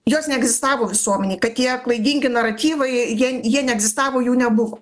jos neegzistavo visuomenėj kad tie klaidingi naratyvai jie jie neegzistavo jų nebuvo